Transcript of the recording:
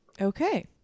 Okay